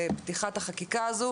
לפתיחת החקיקה הזאת.